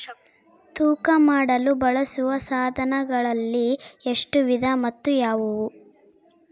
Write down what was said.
ತೂಕ ಮಾಡಲು ಬಳಸುವ ಸಾಧನಗಳಲ್ಲಿ ಎಷ್ಟು ವಿಧ ಮತ್ತು ಯಾವುವು?